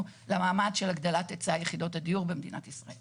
למאמץ של הגדלת היצע יחידות הדיור במדינת ישראל.